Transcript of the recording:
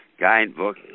guidebook